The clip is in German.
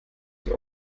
sie